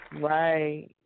right